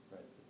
Right